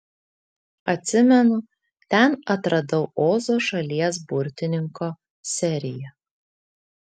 atsimenu ten atradau ozo šalies burtininko seriją